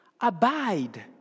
Abide